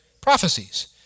Prophecies